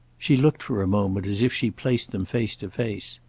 she looked for a moment as if she placed them face to face.